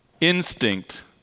instinct